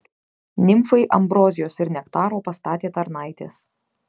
nimfai ambrozijos ir nektaro pastatė tarnaitės